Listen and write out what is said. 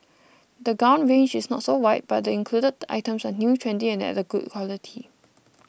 the gown range is not so wide but the included items are new trendy and at good quality